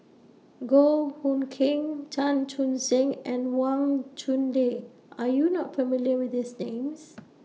Goh Hood Keng Chan Chun Sing and Wang Chunde Are YOU not familiar with These Names